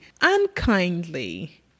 unkindly